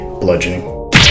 bludgeoning